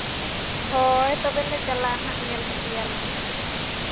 ᱦᱳᱭ ᱛᱚᱵᱮ ᱞᱮ ᱪᱟᱞᱟᱜᱼᱟ ᱦᱟᱸᱜ ᱧᱮᱞ ᱤᱫᱤᱭᱟᱞᱮ ᱦᱟᱸᱜ